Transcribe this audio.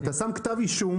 אתה שם כתב אישום,